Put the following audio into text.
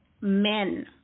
men